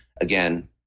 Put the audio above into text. Again